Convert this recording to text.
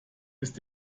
ist